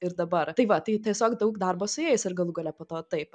ir dabar tai va tai tiesiog daug darbo su jais ir galų gale po to taip